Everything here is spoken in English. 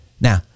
Now